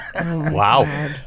Wow